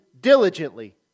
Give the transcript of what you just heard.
diligently